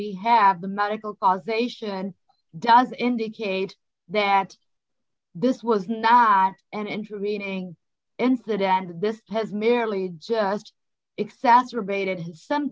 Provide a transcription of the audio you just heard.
the have the medical causation does indicate that this was not an intervening incidentally this has merely just exacerbated some